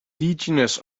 indigenous